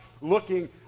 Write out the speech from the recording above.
looking